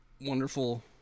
wonderful